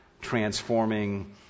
transforming